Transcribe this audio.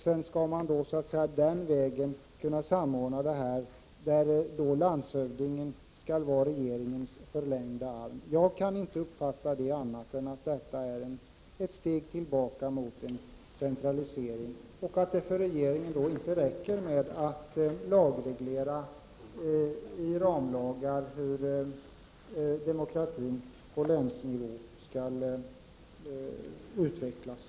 Sedan skall man den vägen kunna samordna det hela, och landshövdingen skall vara regeringens förlängda arm. Jag kan inte uppfatta det på annat sätt än att detta är ett steg tillbaka mot en centralisering. Det räcker inte för regeringen att med ramlagar lagreglera hur demokratin på länsnivå skall utvecklas.